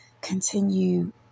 continue